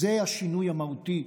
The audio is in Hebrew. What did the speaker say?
זה השינוי המהותי,